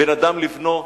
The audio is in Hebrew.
בין אדם לבנו,